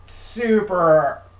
super